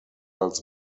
als